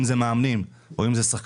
אם זה מאמנים או אם זה שחקנים,